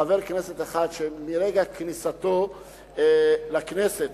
חבר כנסת שמרגע כניסתו לכנסת,